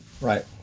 Right